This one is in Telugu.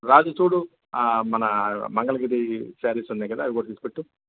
రాజు చూడు ఆ మన మంగళగిరి సారీస్ ఉన్నాయి కదా అవి కూడా తీసిపెట్టు